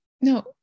no